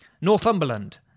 Northumberland